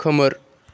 खोमोर